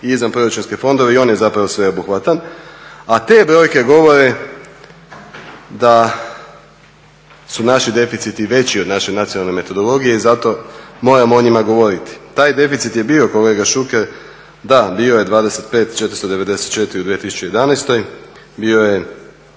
izvan proračunske fondove i on je zapravo sveobuhvatan. A te brojke govore da su naši deficiti veći od naše nacionalne metodologije i zato moramo o njima govoriti. Taj deficit je bio, kolega Šuker, da, bio je 25 494 u 2011., bio je